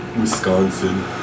Wisconsin